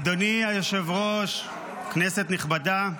אדוני היושב-ראש, כנסת נכבדה,